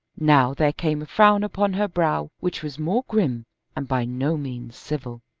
now there came a frown upon her brow which was more grim and by no means civil.